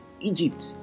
Egypt